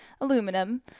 aluminum